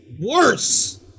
worse